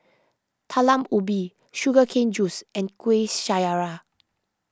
Talam Ubi Sugar Cane Juice and Kuih Syara